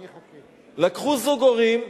לקחו זוג הורים,